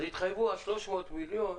התחייבו עכשיו על 300 מיליון,